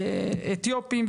אתיופים,